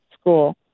school